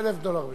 1,000 דולר לשנה.